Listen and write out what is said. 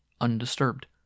undisturbed